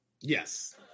Yes